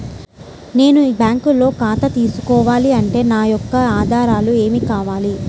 నేను బ్యాంకులో ఖాతా తీసుకోవాలి అంటే నా యొక్క ఆధారాలు ఏమి కావాలి?